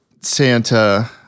Santa